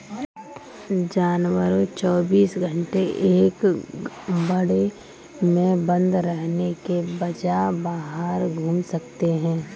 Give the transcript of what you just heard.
जानवर चौबीस घंटे एक बाड़े में बंद रहने के बजाय बाहर घूम सकते है